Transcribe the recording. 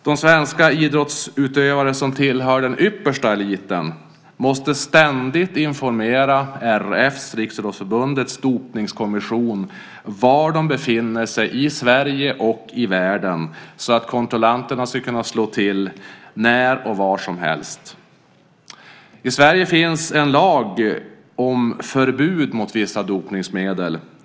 De svenska idrottsutövare som tillhör den yppersta eliten måste ständigt informera RF:s, Riksidrottsförbundets, dopningskommission var de befinner sig i Sverige och i världen så att kontrollanterna ska kunna slå till när och var som helst. I Sverige finns en lag om förbud mot vissa dopningsmedel.